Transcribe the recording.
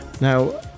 Now